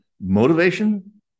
motivation